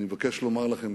אני מבקש לומר לכם,